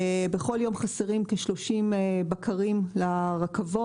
כי בכל יום חסרים לנו כ-30 בקרים לרכבות.